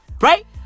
Right